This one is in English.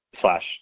slash